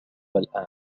الآن